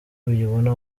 uyibona